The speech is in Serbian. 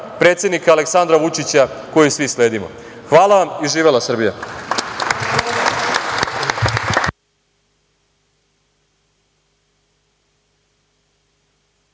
predsednika Aleksandra Vučića koju svi sledimo. Hvala vam i živela Srbija.